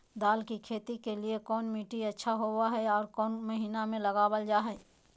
दाल की खेती के लिए कौन मिट्टी अच्छा होबो हाय और कौन महीना में लगाबल जा हाय?